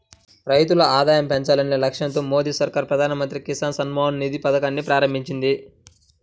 రైతుల ఆదాయం పెంచాలనే లక్ష్యంతో మోదీ సర్కార్ ప్రధాన మంత్రి కిసాన్ సమ్మాన్ నిధి పథకాన్ని ప్రారంభించింది